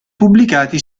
pubblicati